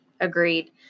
Agreed